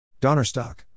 Donnerstock